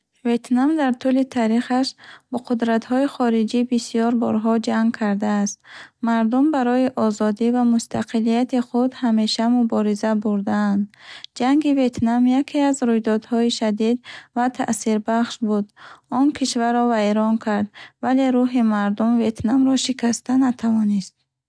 Ветнам дар тӯли таърихаш бо қудратҳои хориҷӣ бисёр борҳо ҷанг кардааст. Мардум барои озодӣ ва мустақилияти худ ҳамеша мубориза бурдаанд. Ҷанги Ветнам яке аз рӯйдодҳои шадид ва таъсирбахш буд. Он кишварро вайрон кард, вале рӯҳи мардуми ветнамиро шикаста натавонист. Имрӯз Ветнам кишвари осоишта ва рӯ ба рушд мебошад.